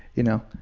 you know.